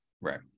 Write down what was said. Right